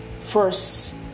First